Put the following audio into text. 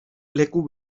leku